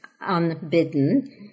unbidden